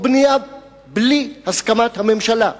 או בנייה בלי הסכמת הממשלה,